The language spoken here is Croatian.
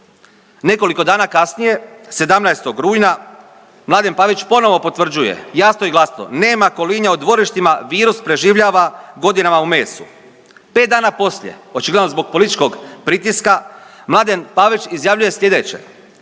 Nekoliko dana kasnije 17. rujna Mladen Pavić ponovo potvrđuje jasno i glasno, nema kolinja u dvorištima virus preživljava godinama u mesu. 5 dana poslije očigledno zbog političkog pritiska Mladen Pavić izjavljuje sljedeće,